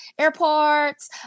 airports